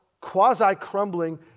quasi-crumbling